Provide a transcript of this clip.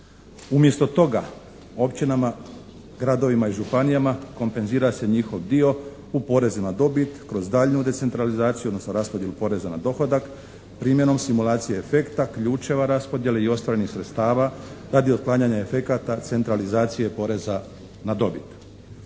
Umjesto toga općinama, gradovima i županijama kompenzira se njihov dio u porezu na dobit, kroz daljnju decentralizaciju odnosno raspodjelu poreza na dohodak primjenom simulacije efekta, ključeva raspodjele i ostvarenih sredstava radi otklanjanja efekata centralizacije poreza na dobit.